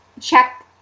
check